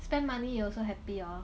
spend money you also happy hor